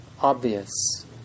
obvious